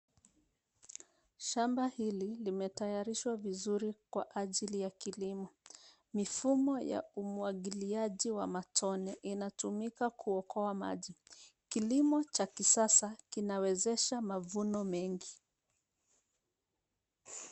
Shamba hili limetayarishwa vizuri kwa ajili ya kilimo. Mifumo ya umwagiliaji wa matone inatumika kuokoa maji. Kilimo cha kisasa kinawezesha mavuno mengi.